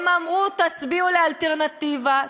הם אמרו: תצביעו לאלטרנטיבה,